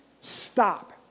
stop